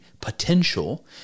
potential